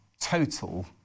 total